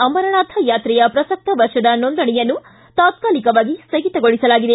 ಅಮರನಾಥ ಯಾತ್ರೆಯ ಪ್ರಸಕ್ತ ವರ್ಷದ ನೋಂದಣಿಯನ್ನು ತಾತ್ಕಾಲಿಕವಾಗಿ ಸ್ಯಗಿತಗೊಳಿಸಲಾಗಿದೆ